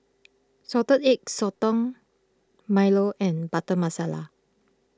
Salted Egg Sotong Milo and Butter Masala